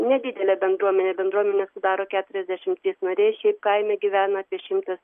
nedidelė bendruomenė bendruomenę sudaro keturiasdešim trys nariai šiaip kaime gyvena apie šimtas